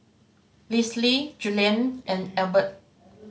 Lisle Julian and Albert